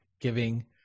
giving